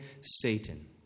Satan